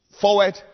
forward